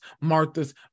Martha's